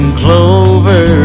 clover